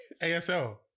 ASL